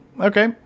Okay